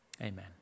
Amen